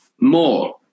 More